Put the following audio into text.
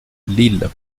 lille